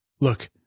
Look